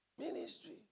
Ministry